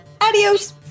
Adios